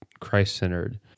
Christ-centered